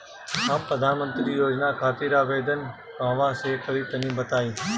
हम प्रधनमंत्री योजना खातिर आवेदन कहवा से करि तनि बताईं?